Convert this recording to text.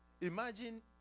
Imagine